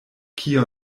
kiu